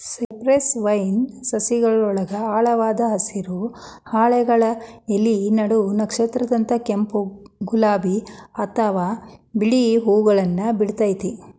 cypress vine ಸಸಿಯೊಳಗ ಆಳವಾದ ಹಸಿರು, ಹಾಲೆಗಳ ಎಲಿ ನಡುವ ನಕ್ಷತ್ರದಂತ ಕೆಂಪ್, ಗುಲಾಬಿ ಅತ್ವಾ ಬಿಳಿ ಹೂವುಗಳನ್ನ ಬಿಡ್ತೇತಿ